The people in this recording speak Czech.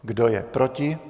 Kdo je proti?